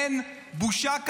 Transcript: אין בושה כזו.